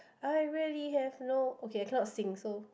I really have no okay I cannot sing so